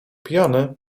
pijany